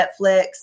Netflix